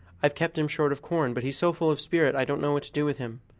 i have kept him short of corn, but he's so full of spirit i don't know what to do with him.